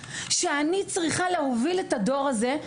שאני צריכה להוביל את הדור הזה.